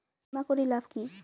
বিমা করির লাভ কি?